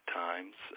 times